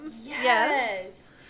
Yes